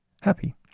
happy